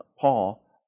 Paul